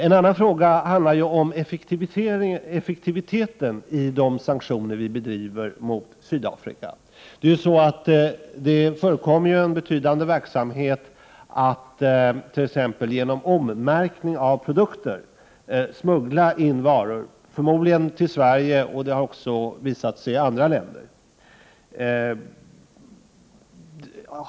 En annan fråga handlar om effektiviteten av de sanktioner vi vidtar mot Sydafrika. Det förekommer ju en betydande verksamhet där man genom ommärkning av produkter smugglar in varor. Förmodligen kommer produkter till Sverige på detta sätt och också, har det visat sig, till andra länder.